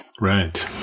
Right